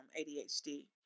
ADHD